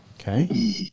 Okay